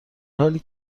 حالی